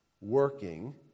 working